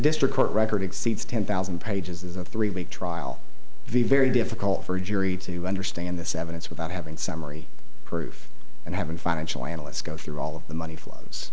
district court record exceeds ten thousand pages a three week trial the very difficult for a jury to understand this evidence without having summary proof and having financial analysts go through all of the money flows